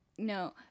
No